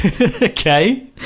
Okay